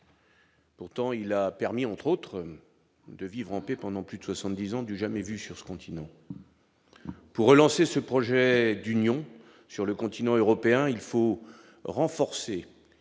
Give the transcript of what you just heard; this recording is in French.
Pourtant, il a permis, entre autres, de vivre en paix pendant plus de 70 ans, du jamais vu sur ce continent pour relancer ce projet d'Union sur le continent européen, il faut renforcer